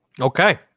Okay